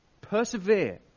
Persevere